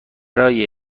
برای